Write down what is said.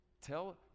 Tell